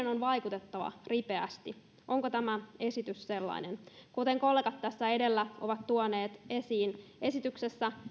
on vaikutettava ripeästi onko tämä esitys sellainen kuten kollegat tässä edellä ovat tuoneet esiin esityksessä